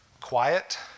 Quiet